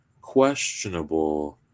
questionable